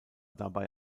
dabei